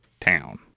town